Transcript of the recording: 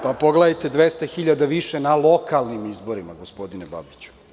Pogledajte 200 hiljada više na lokalnim izborima, gospodine Babiću.